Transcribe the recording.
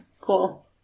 Cool